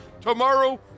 Tomorrow